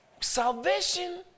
Salvation